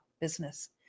business